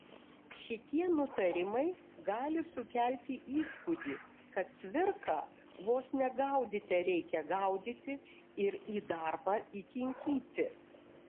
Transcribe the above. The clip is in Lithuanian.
šitie nutarimai gali sukelti įspūdį kad cvirką vos ne gaudyte reikia gaudyti ir į darbą įkinkyti